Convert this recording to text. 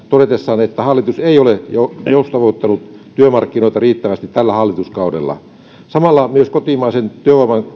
todetessaan että hallitus ei ole joustavoittanut työmarkkinoita riittävästi tällä hallituskaudella samalla myös kotimaisen työvoiman